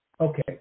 Okay